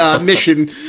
mission